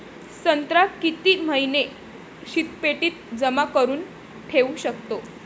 संत्रा किती महिने शीतपेटीत जमा करुन ठेऊ शकतो?